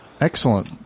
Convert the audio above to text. Excellent